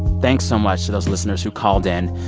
thanks so much to those listeners who called in.